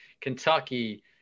Kentucky